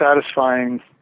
satisfying